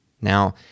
Now